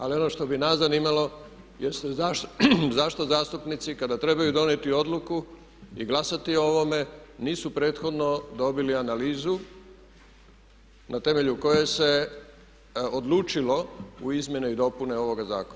Ali ono što bi nas zanimalo jest zašto zastupnici kada trebaju donijeti odluku i glasati o ovome nisu prethodno dobili analizu na temelju koje se odlučilo u izmjene i dopune ovoga zakona.